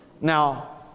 Now